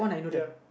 ya